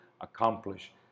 accomplish